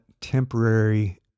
temporary